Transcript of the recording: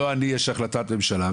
לא אני, יש החלטת ממשלה.